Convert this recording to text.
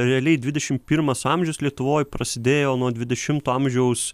realiai dvidešim pirmas amžius lietuvoj prasidėjo nuo dvidešimto amžiaus